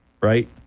right